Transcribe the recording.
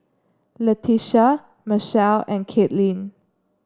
Letitia Mechelle and Caitlyn